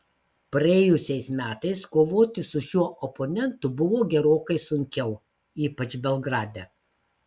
praėjusiais metais kovoti su šiuo oponentu buvo gerokai sunkiau ypač belgrade